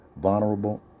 vulnerable